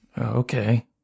Okay